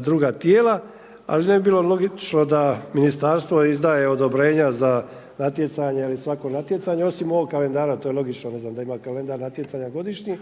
druga tijela, ali ne bi bilo logično da ministarstvo izdaje odobrenja za natjecanja ili svako natjecanja osim ovog kalendara. To je logično, ne znam, da ima kalendar natjecanja godišnji,